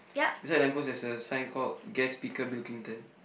beside the lamppost there's a sign called guest speaker building then